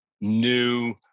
new